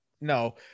No